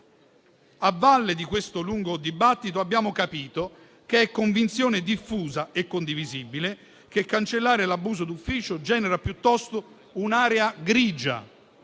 a valle di questo lungo dibattito abbiamo capito che è convinzione diffusa e condivisibile che cancellare l'abuso d'ufficio genera piuttosto un'area grigia